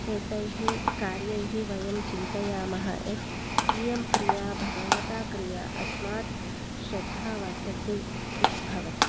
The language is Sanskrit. एतैः कार्यैः वयं चिन्तयामः यत् इयं क्रिया भगवता क्रिया अस्मात् श्रद्धा वर्तते इति भवति